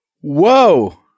Whoa